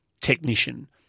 technician